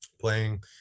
playing